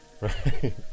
right